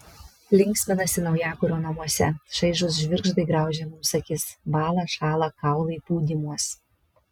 linksminasi naujakurio namuose šaižūs žvirgždai graužia mums akis bąla šąla kaulai pūdymuos